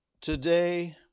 Today